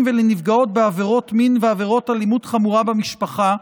ולנפגעות בעבירות מין ועבירות אלימות חמורה במשפחה,